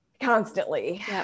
constantly